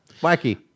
Wacky